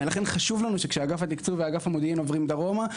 לכן חשוב לנו שכשאגף התקשוב ואגף המודיעין עוברים דרומה,